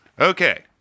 Okay